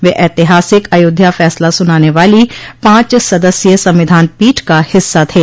वे ऐतिहासिक अयोध्या फैसला सुनाने वाली पांच सदस्यीय संविधान पीठ का हिस्सा थे